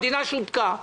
המדינה שותקה.